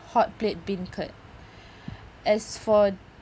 hot plate bean curd as for